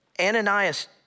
Ananias